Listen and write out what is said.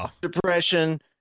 depression